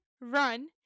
run